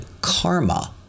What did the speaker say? karma